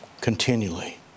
continually